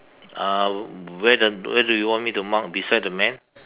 uh where the where do you want me to mark beside the man